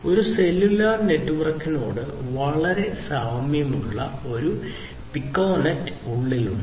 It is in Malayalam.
ഒരു സെല്ലുലാർ നെറ്റ്വർക്കിലെ സെല്ലുകളോട് വളരെ സാമ്യമുള്ള ഒരു പ്രത്യേക പിക്കോണറ്റിൽ ഉള്ളിൽ ഉണ്ട്